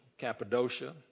Cappadocia